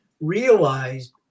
realized